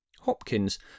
Hopkins